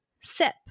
SIP